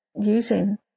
using